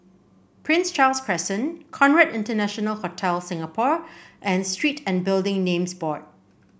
Prince Charles Crescent Conrad International Hotel Singapore and Street and Building Names Board